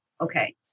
okay